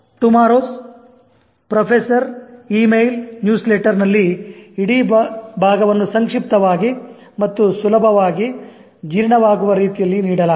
Tomorrow's Professor Email Newsletter ನಲ್ಲಿ ಇಡೀ ಭಾಗವನ್ನು ಸಂಕ್ಷಿಪ್ತವಾಗಿ ಮತ್ತು ಸುಲಭವಾಗಿ ಜೀರ್ಣವಾಗುವ ರೀತಿಯಲ್ಲಿ ನೀಡಲಾಗಿದೆ